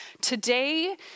today